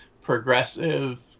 progressive